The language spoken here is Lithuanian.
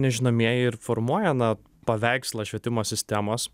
nežinomieji ir formuoja na paveikslą švietimo sistemos